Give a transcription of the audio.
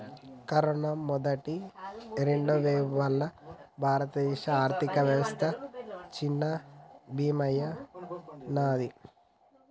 corona మొదటి, రెండవ వేవ్ల వల్ల భారతదేశ ఆర్ధికవ్యవస్థ చిన్నాభిన్నమయ్యినాది